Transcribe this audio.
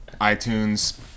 iTunes